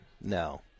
No